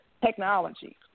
technology